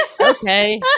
Okay